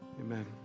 Amen